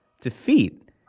defeat